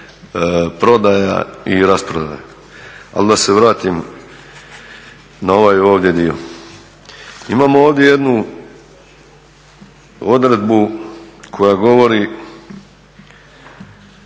prodaja i rasprodaja. Ali da se vratim na ovaj ovdje dio. Imamo ovdje jednu odredbu koja govori,